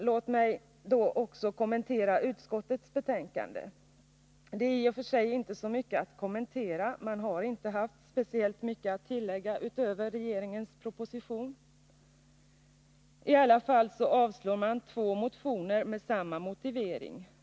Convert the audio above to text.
Låt mig också kommentera utskottets betänkande. Det finns i och för sig inte så mycket att kommentera. Man har inte haft speciellt mycket att tillägga utöver det som regeringen säger i sin proposition. I alla fall avstyrker man två motioner med samma motivering.